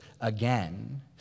again